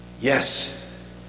Yes